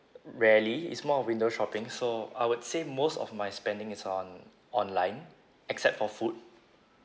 rarely it's more of window shopping so I would say most of my spending is on online except for food